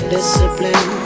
Discipline